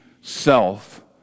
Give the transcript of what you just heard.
self